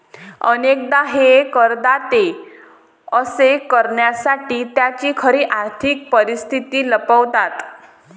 अनेकदा हे करदाते असे करण्यासाठी त्यांची खरी आर्थिक परिस्थिती लपवतात